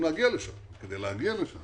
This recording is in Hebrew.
כדי להגיע לשם